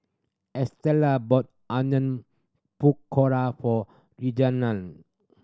Estela bought Onion Pakora for Reginald